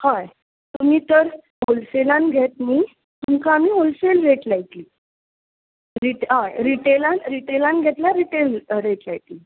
हय तुमी जर होलसेलान घेता न्हय तुमकां आमी होलसेल रेट लायतली रिटेल रिटेलान घेतल्यार रिटेल रेट लायतली